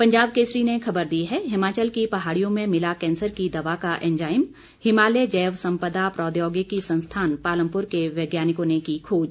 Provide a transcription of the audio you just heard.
पंजाब केसरी ने खबर दी है हिमाचल की पहाड़ियों में मिला कैंसर की दवा का एंजाइम हिमालय जैव संपदा प्रौद्योगिकी संस्थान पालमपुर के वैज्ञानिकों ने की खोज